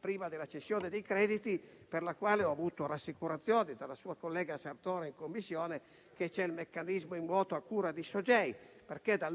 prima della cessione dei crediti, per la quale ho avuto rassicurazioni dalla sua collega Sartore in Commissione: il meccanismo a cura di Sogei è in moto, perché dal 1°